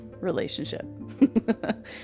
relationship